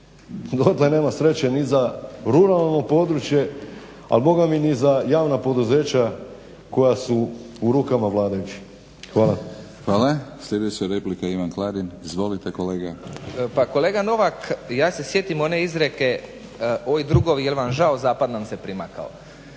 dotle nema sreće ni za ruralno područje, a ni za javna poduzeća koja su u rukama vladajućih. Hvala. **Batinić, Milorad (HNS)** Hvala. Sljedeća replika, Ivan Klarin. Izvolite kolega. **Klarin, Ivan (SDP)** Pa kolega Novak, ja se sjetim one izreke "oj drugovi jel vam žao zapad nam se primakao".